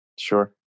Sure